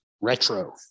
Retro